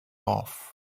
off